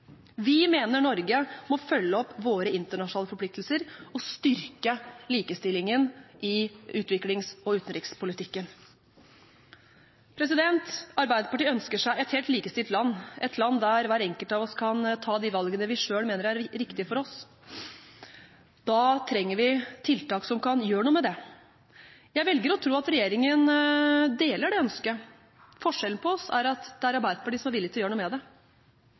Vi mener Norge må følge opp sine internasjonale forpliktelser og styrke likestillingen i utviklings- og utenrikspolitikken. Arbeiderpartiet ønsker seg et helt likestilt land, et land der hver enkelt av oss kan ta de valgene vi selv mener er riktige for oss. Da trenger vi tiltak som kan gjøre noe med det. Jeg velger å tro at regjeringen deler det ønsket. Forskjellen på oss er at det er Arbeiderpartiet som er villig til å gjøre noe med det.